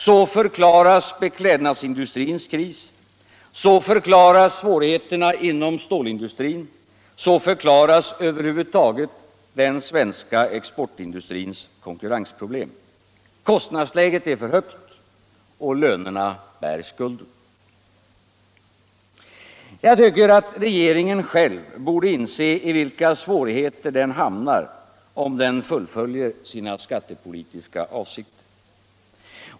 Så förklaras beklädnadsindustrins kris, så förklaras svårigheterna inom stålindustrin, så förklaras över huvud taget den svenska exportindustrins konkurrensproblem: kostnadsläget är för högt och lönerna bär skulden. Jag tycker regeringen själv borde inse i vilka svårigheter den hamnar om den fullföljer sina skattepolitiska avsikter.